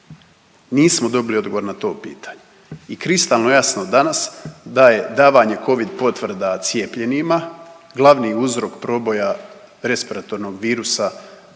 Nismo dobili odgovor na to pitanje. I kristalno jasno danas da je davanje Covid potvrda cijepljenima glavni uzrok proboja respiratornog virusa